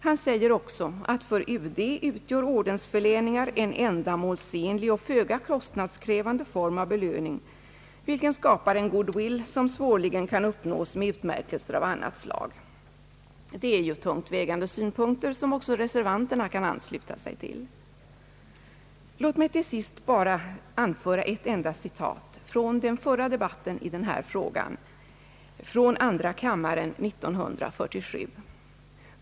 Han säger också, att för UD utgör ordensförläningar en ändamålsenlig och föga kostnadskrävande form av belöning, vilken skapar en good will, som svårligen kan uppnås med utmärkelser av annat slag. Det var ju tungt vägande synpunkter, som också reservanterna kan ansluta sig till. Låt mig till sist bara anföra ett enda citat från den förra debatten i denna fråga, i andra kammaren 1947.